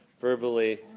verbally